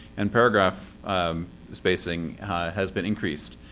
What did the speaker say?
and paragraph spacing has been increased.